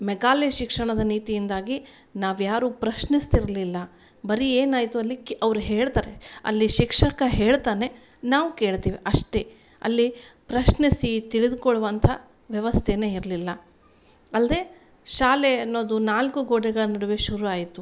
Macaulay ಶಿಕ್ಷಣದ ನೀತಿಯಿಂದಾಗಿ ನಾವ್ಯಾರು ಪ್ರಶ್ನಿಸ್ತಿರಲಿಲ್ಲ ಬರೀ ಏನಾಯಿತು ಅಲ್ಲಿ ಕೆ ಅವರು ಹೇಳ್ತಾರೆ ಅಲ್ಲಿ ಶಿಕ್ಷಕ ಹೇಳ್ತಾನೆ ನಾವು ಕೇಳ್ತೀವಿ ಅಷ್ಟೇ ಅಲ್ಲಿ ಪ್ರಶ್ನಿಸಿ ತಿಳಿದುಕೊಳ್ಳುವಂಥ ವ್ಯವಸ್ಥೆನೇ ಇರಲಿಲ್ಲ ಅಲ್ದೇ ಶಾಲೆ ಅನ್ನೋದು ನಾಲ್ಕು ಗೋಡೆಗಳ ನಡುವೆ ಶುರು ಆಯಿತು